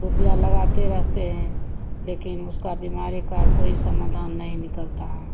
रुपया लगाते रहते हैं लेकिन उसकी बीमारी का कोई समाधान नहीं निकलता है